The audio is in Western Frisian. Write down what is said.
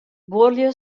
buorlju